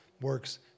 works